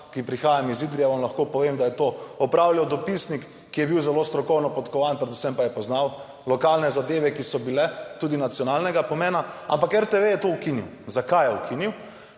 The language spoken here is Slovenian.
ki prihajam iz Idrije, vam lahko povem, da je to opravljal dopisnik, ki je bil zelo strokovno podkovan, predvsem pa je poznal lokalne zadeve, ki so bile tudi nacionalnega pomena, ampak RTV je to ukinil. Zakaj je ukinil?